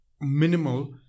minimal